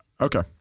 Okay